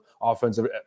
offensive –